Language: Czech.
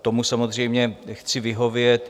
Tomu samozřejmě chci vyhovět.